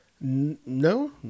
No